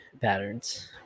patterns